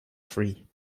free